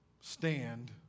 stand